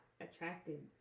attracted